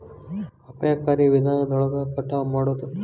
ಅಪಾಯಕಾರಿ ವಿಧಾನದೊಳಗ ಕಟಾವ ಮಾಡುದ